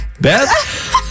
Beth